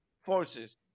forces